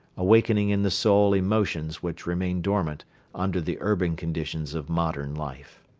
awakening in the soul emotions which remain dormant under the urban conditions of modern life.